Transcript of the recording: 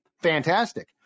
fantastic